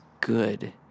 good